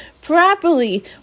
Properly